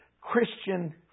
Christian